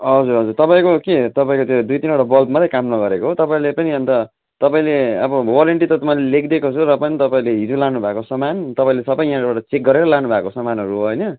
हजुर हजुर तपाईँको के तपाईँको त्यो दुई तिनवटा बल्ब मात्रै काम नगरेको हो तपाईँले पनि अन्त तपाईँले अब वारेन्टी त मैले लेखिदिएको छु र पनि तपाईँले हिजो लानु भएको सामान तपाईँले सबै यहाँबाट चेक गरेर लानु भएको सामानहरू हो होइन